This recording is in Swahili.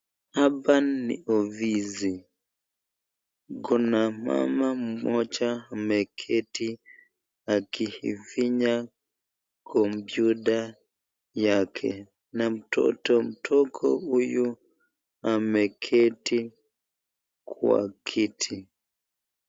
Hapa ni ofisi. Kuna mama mmoja ameketi akiifinya kompyuta yake na mtoto mdogo huyu ameketi kwa kiti.